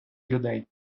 людей